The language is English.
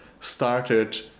started